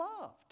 loved